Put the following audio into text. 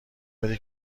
بوده